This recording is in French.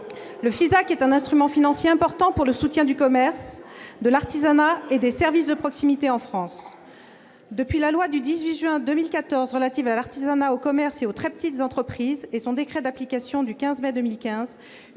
Le FISAC est un instrument financier important pour le soutien au commerce, à l'artisanat et aux services de proximité en France. Depuis la loi du 18 juin 2014 relative à l'artisanat, au commerce et aux très petites entreprises et son décret d'application du 15 mai 2015,